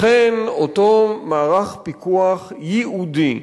לכן, אותו מערך פיקוח ייעודי,